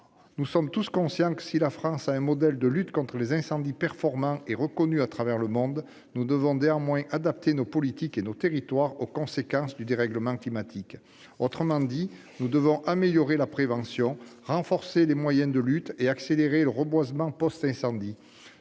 Nous sommes tous conscients que, si la France a un modèle de lutte contre les incendies performant et reconnu à travers le monde, nous devons néanmoins adapter nos politiques et nos territoires aux conséquences du dérèglement climatique. Autrement dit, il faut améliorer la prévention, renforcer les moyens de lutte et accélérer le reboisement post-incendie.